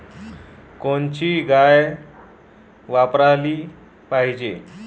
कोनची गाय वापराली पाहिजे?